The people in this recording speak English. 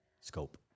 scope